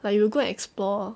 like you will go and explore